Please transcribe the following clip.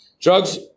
drugs